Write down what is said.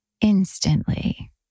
instantly